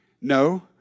No